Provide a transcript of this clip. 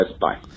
Bye